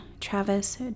Travis